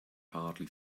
hardly